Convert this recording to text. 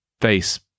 face